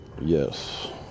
Yes